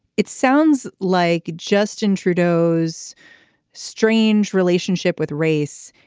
it sounds like justin trudeau's strange relationship with race.